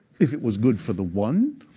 if it was good for the one,